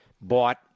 bought